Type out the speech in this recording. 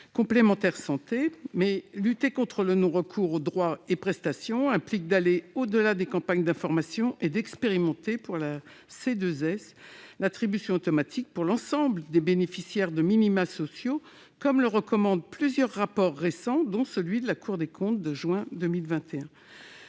complémentaire santé. Lutter contre le non-recours aux droits et prestations implique d'aller au-delà des campagnes d'information et d'expérimenter l'attribution automatique de la C2S à l'ensemble des bénéficiaires de minima sociaux, comme le recommandent plusieurs rapports récents, dont celui de la Cour des comptes en juin 2021.